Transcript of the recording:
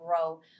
grow